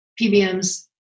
PBMs